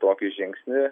tokį žingsnį